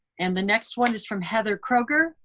and the next one is from heather kroeger.